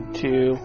two